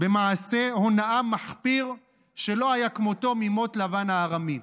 במעשה הונאה מחפיר שלא היה כמותו מימות לבן הארמי.